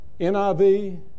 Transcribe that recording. NIV